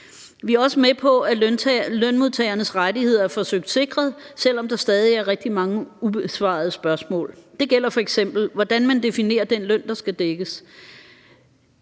Vi er også med på, at lønmodtagernes rettigheder er forsøgt sikret, selv om der stadig er rigtig mange ubesvarede spørgsmål. Det gælder f.eks., hvordan man definerer den løn, der skal dækkes.